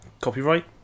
Copyright